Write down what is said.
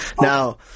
Now